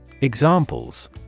Examples